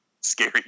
scary